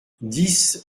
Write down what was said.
dix